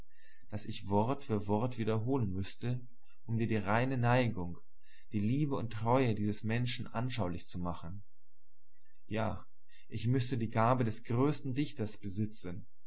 daß ich wort für wort wiederholen müßte um dir die reine neigung die liebe und treue dieses menschen anschaulich zu machen ja ich müßte die gabe des größten dichters besitzen